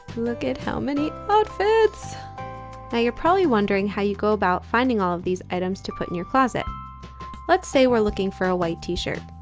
look at how many outfits now you're probably wondering. how you go about finding all of these items to put in your closet let's say we're looking for a white t-shirt